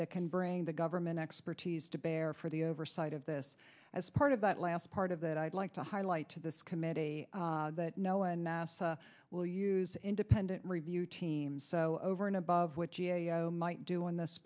that can bring the government expertise to bear for the oversight of this as part of that last part of it i'd like to highlight to this committee that no and nasa will use independent review team so over and above what g a o might do in this